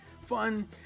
fun